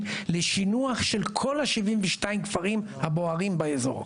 לשינוע של כל ה-72 כפרים המוארים באזור.